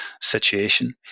situation